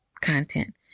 content